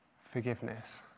forgiveness